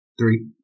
Three